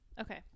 Okay